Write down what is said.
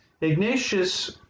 Ignatius